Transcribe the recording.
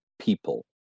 people